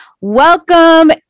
Welcome